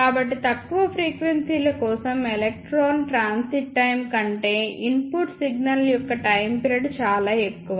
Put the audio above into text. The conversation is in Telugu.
కాబట్టి తక్కువ ఫ్రీక్వెన్సీల కోసం ఎలక్ట్రాన్ ట్రాన్సిట్ టైమ్ కంటే ఇన్పుట్ సిగ్నల్ యొక్క టైమ్ పిరియడ్ చాలా ఎక్కువ